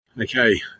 Okay